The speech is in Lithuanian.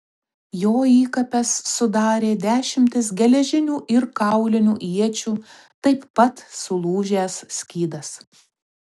jo įkapes sudarė dešimtis geležinių ir kaulinių iečių taip pat sulūžęs skydas